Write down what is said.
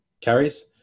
carries